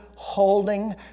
holding